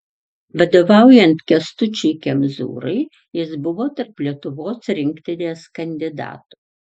vadovaujant kęstučiui kemzūrai jis buvo tarp lietuvos rinktinės kandidatų